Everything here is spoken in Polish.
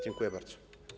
Dziękuję bardzo.